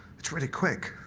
it's really quick.